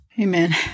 Amen